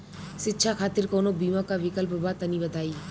शिक्षा खातिर कौनो बीमा क विक्लप बा तनि बताई?